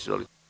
Izvolite.